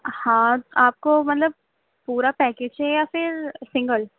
ہاں آپ کو مطلب پورا پیکٹ چاہیے یا پھر سنگل